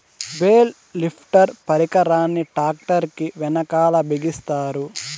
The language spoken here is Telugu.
బేల్ లిఫ్టర్ పరికరాన్ని ట్రాక్టర్ కీ వెనకాల బిగిస్తారు